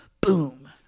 boom